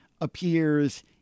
appears